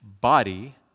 body